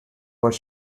were